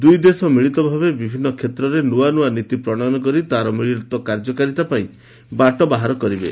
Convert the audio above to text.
ଦୁଇଦେଶ ମିଳିତ ଭାବେ ବିଭିନ୍ନ କ୍ଷେତ୍ରରେ ନୂଆ ନୀତି ପ୍ରଶୟନ କରି ତାର ମିଳିତ କାର୍ଯ୍ୟକାରିତା ପାଇଁ ବାଟ ବାହାର କରିବେ